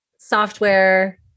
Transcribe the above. software